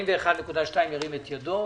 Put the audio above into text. ירים את ידו.